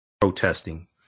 protesting